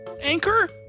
Anchor